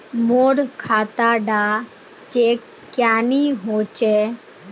मोर खाता डा चेक क्यानी होचए?